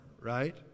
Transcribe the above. right